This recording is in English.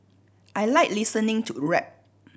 I like listening to rap